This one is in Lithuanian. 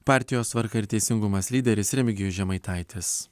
partijos tvarka ir teisingumas lyderis remigijus žemaitaitis